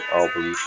album